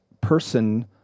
person